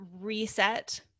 reset